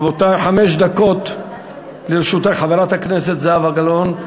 חמש דקות לרשותך, חברת הכנסת זהבה גלאון.